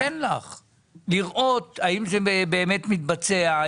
לראות האם זה באמת מתבצע,